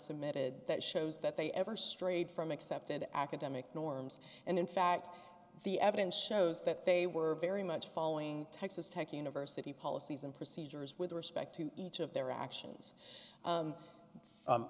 submitted that shows that they ever strayed from accepted academic norms and in fact the evidence shows that they were very much following texas tech university policies and procedures with respect to each of their actions